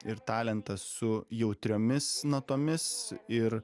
ir talentas su jautriomis natomis ir